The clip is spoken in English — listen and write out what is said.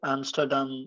Amsterdam